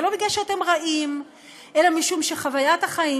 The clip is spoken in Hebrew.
ולא בגלל שאתם רעים אלא משום שחוויית החיים